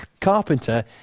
carpenter